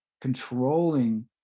controlling